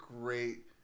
great